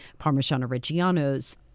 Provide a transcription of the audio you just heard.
Parmigiano-Reggianos